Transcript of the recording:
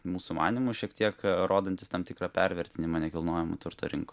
mūsų manymu šiek tiek rodantis tam tikrą pervertinimą nekilnojamo turto rinkoj